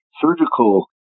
surgical